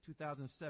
2007